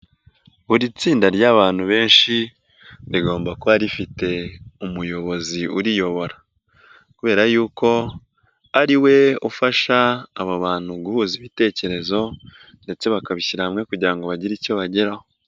Buri tsinda ry'abantu benshi rigomba kuba rifite umuyobozi uriyobora kubera yuko ari we ufasha aba bantu guhuza ibitekerezo ndetse bakabishyira hamwe kugira ngo bagire icyo bageraho.